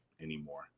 anymore